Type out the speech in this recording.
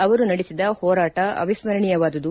ಅವರು ನಡೆಸಿದ ಹೋರಾಟ ಅವಿಸ್ತರಣೀಯವಾದುದು